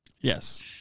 Yes